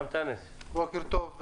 בוקר טוב,